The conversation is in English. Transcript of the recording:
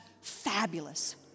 fabulous